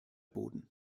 boden